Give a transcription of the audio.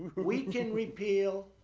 but we can repeal,